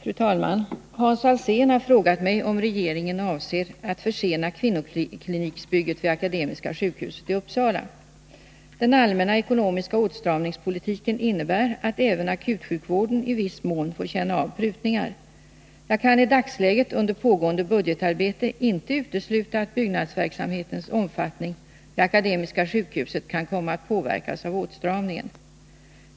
Fru talman! Hans Alsén har frågat mig om regeringen avser att försena kvinnokliniksbygget vid Akademiska sjukhuset i Uppsala. 157 Den allmänna ekonomiska åtstramningspolitiken innebär att även akutsjukvården i viss mån får känna av prutningar. Jag kan i dagsläget under pågående budgetarbete inte utesluta att byggnadsverksamhetens omfattning vid Akademiska sjukhuset kan komma att påverkas av åtstramningen.